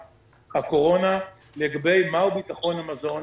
הקורונה לגבי השאלה מה הוא ביטחון המזון.